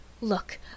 Look